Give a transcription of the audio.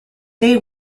they